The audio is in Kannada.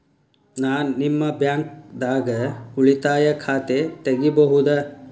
ನಾ ನಿಮ್ಮ ಬ್ಯಾಂಕ್ ದಾಗ ಉಳಿತಾಯ ಖಾತೆ ತೆಗಿಬಹುದ?